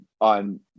on